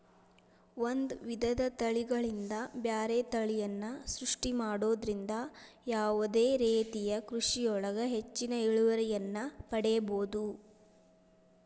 ಒಂದ್ ವಿಧದ ತಳಿಗಳಿಂದ ಬ್ಯಾರೆ ತಳಿಯನ್ನ ಸೃಷ್ಟಿ ಮಾಡೋದ್ರಿಂದ ಯಾವದೇ ರೇತಿಯ ಕೃಷಿಯೊಳಗ ಹೆಚ್ಚಿನ ಇಳುವರಿಯನ್ನ ಪಡೇಬೋದು